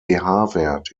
wert